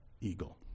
eagle